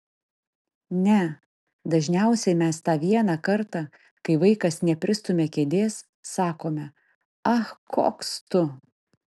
ne dažniausiai mes tą vieną kartą kai vaikas nepristumia kėdės sakome ach koks tu